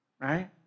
right